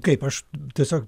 kaip aš tiesiog